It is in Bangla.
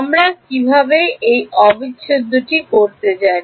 আমরা কীভাবে এই অবিচ্ছেদ্য করতে জানি